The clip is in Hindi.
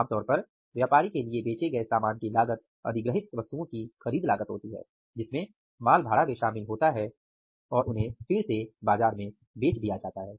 आमतौर पर व्यापारी के लिए बेचे गए सामान की लागत अधिग्रहित वस्तुओं की खरीद लागत होती है जिसमें माल भाड़ा भी शामिल होता है और उन्हें फिर से बेच दिया जाता है